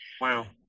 Wow